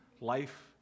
Life